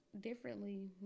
differently